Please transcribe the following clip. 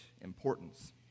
importance